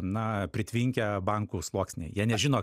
na pritvinkę bankų sluoksniai jie nežino